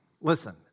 listen